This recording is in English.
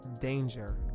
Danger